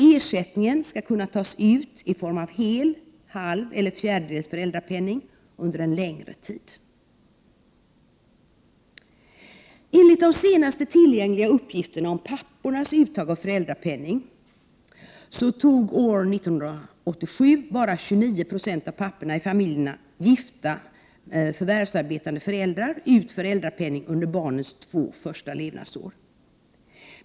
Ersättningen skall kunna tas ut i form av hel, halv eller fjärdedels föräldrapenning under en längre tid. Enligt de senaste tillgängliga uppgifterna om pappornas uttag av föräldrapenning tog år 1987 bara 29 26 av papporna i familjerna, gifta förvärvsarbetande föräldrar, ut föräldrapenning under barnens två första levnadsår.